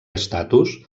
estatus